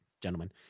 gentlemen